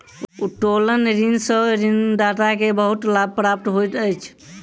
उत्तोलन ऋण सॅ ऋणदाता के बहुत लाभ प्राप्त होइत अछि